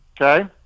okay